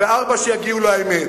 ארבע, שיגיעו לאמת.